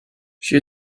she